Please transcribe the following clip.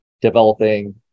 developing